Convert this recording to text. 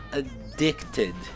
addicted